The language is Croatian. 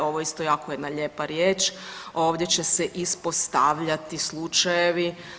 Ovo je isto jako jedna lijepa riječ, ovdje će se ispostavljati slučajevi.